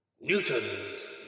Newton's